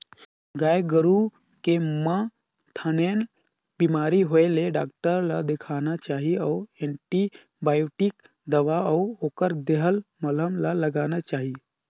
गाय गोरु के म थनैल बेमारी होय ले डॉक्टर ल देखाना चाही अउ एंटीबायोटिक दवा अउ ओखर देहल मलहम ल लगाना चाही